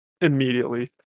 immediately